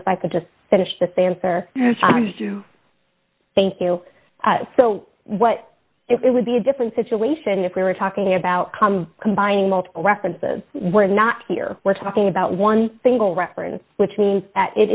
if i could just finish this answer thank you so what it would be a different situation if we were talking about come combining multiple references we're not here we're talking about one thing goal reference which means that it